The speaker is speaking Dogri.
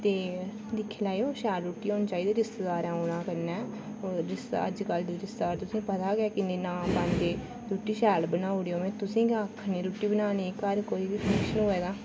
ते दिक्खी लैओ शैल रुट्टी् होनी चाहिदी रिश्तेदारें औना कन्नै् अजकल दे रिश्तेदार तुसें गी पता गै ऐ किन्ने नां पांदे रुट्टी शैल बनाई ओड़ेओ में तुसें गी गै आखनी रुट्टी बनाने लेई घर कोई बी फंक्शन होऐ तां